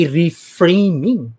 reframing